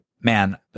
man